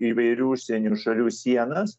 įvairių užsienio šalių sienas